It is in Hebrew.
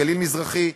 גליל מזרחי,